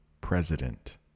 president